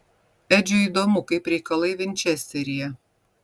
edžiui įdomu kaip reikalai vinčesteryje